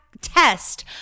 test